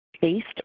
Based